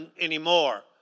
anymore